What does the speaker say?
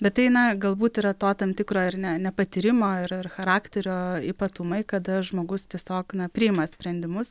bet tai na galbūt yra to tam tikro ar ne nepatyrimo ir ir charakterio ypatumai kada žmogus tiesiog na priima sprendimus